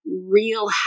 real